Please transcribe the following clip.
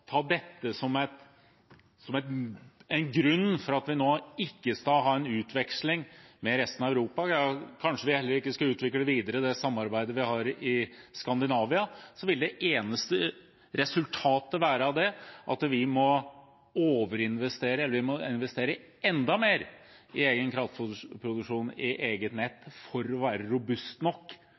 ta dette som en grunn for ikke å ha en utveksling med resten av Europa, og kanskje heller ikke videreutvikle det samarbeidet vi har i Skandinavia, vil det eneste resultatet av det være at vi må overinvestere, eller investere enda mer, i egen kraftproduksjon i eget nett for å være robuste nok.